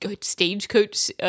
stagecoach